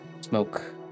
smoke